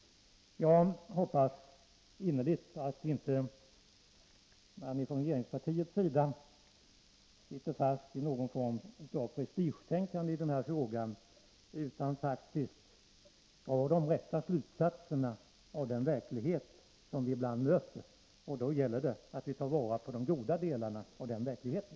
Jag hoppas innerligt att man inte från regeringspartiets sida sitter fast i någon form av prestigetänkande i den här frågan utan drar de rätta slutsatserna av den verklighet som vi ibland möter. Då gäller det att vi tar vara på de goda delarna av den verkligheten.